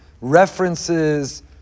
references